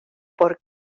por